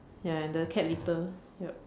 ya and the cat litter ya